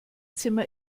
zimmer